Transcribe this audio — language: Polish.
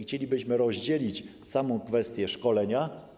Chcielibyśmy rozdzielić samą kwestię szkolenia.